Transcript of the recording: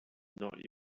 not